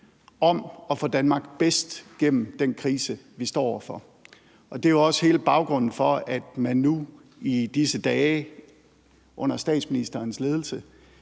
om at få Danmark bedst gennem den krise, vi står overfor. Det er også hele baggrunden for, at man nu i disse dage under statsministerens ledelse